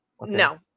no